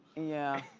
yeah.